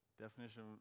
Definition